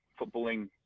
footballing